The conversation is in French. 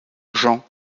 jean